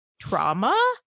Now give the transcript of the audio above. trauma